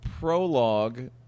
prologue